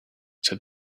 said